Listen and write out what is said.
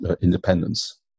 independence